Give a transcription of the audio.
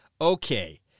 Okay